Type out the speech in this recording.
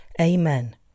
Amen